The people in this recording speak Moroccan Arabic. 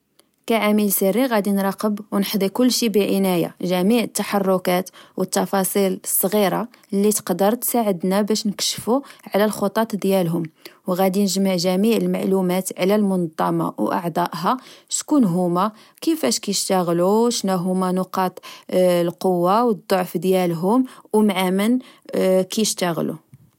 كعامل سري غدي نراقب أونحضي كلشي بعناية، جميع التحركات و التفاصيل الصغيرة لتقدر تساعدنا باش نكشفو على الخطط ديالهم، أو غدي نجمع جميع المعلومات على المنظمة أو أعضائها، شكون هما، كفاش كشتاغلو، شناهما نقط القوة و الضعف ديالهم أو معامن كشتاغلو